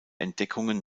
entdeckungen